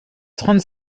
trente